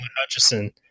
Hutchison